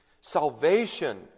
Salvation